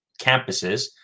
campuses